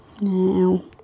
No